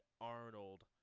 Arnold